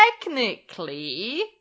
technically